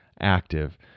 active